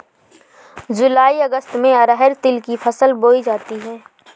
जूलाई अगस्त में अरहर तिल की फसल बोई जाती हैं